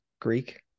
greek